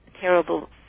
terrible